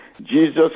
Jesus